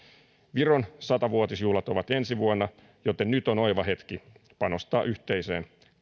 viron sata vuotisjuhlat ovat ensi vuonna joten nyt on oiva hetki panostaa yhteisen